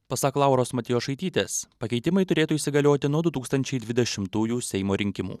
pasak lauros matjošaitytės pakeitimai turėtų įsigalioti nuo du tūkstančiai dvidešimtųjų seimo rinkimų